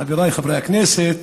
חבריי חברי הכנסת,